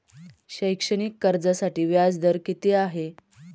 शैक्षणिक कर्जासाठी व्याज दर किती आहे?